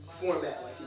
format